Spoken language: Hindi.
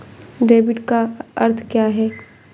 डेबिट का अर्थ क्या है?